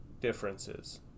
differences